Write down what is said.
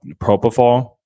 propofol